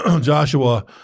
Joshua